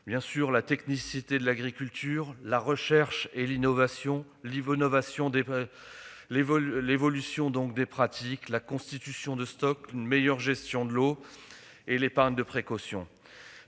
mobilisés : technicité de l'agriculture, recherche et innovation, évolution des pratiques, constitution de stocks, meilleure gestion de l'eau et épargne de précaution.